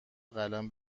قلم